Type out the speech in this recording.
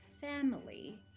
family